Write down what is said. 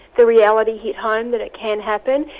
the reality hit home that it can happen,